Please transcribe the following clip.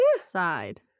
side